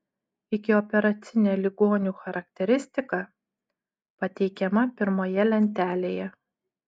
ikioperacinė ligonių charakteristika pateikiama pirmoje lentelėje